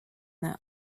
that